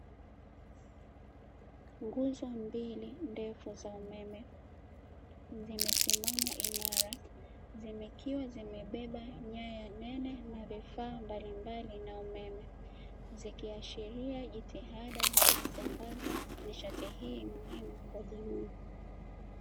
Nguzo mbili ndefu za umeme zimesimama imara zikiwa zimebeba nyaya nene na vifaa mbalimbali na umeme, zikiashiria jitihada za kusambaza nishati hii muhimu kwa jamii.